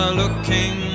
looking